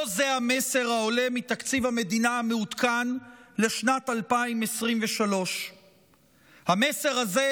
לא זה המסר העולה מתקציב המדינה המעודכן לשנת 2023. המסר הזה,